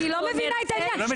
אני לא מבינה את העניין.